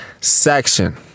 section